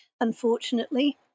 unfortunately